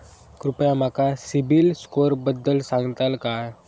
कृपया माका सिबिल स्कोअरबद्दल सांगताल का?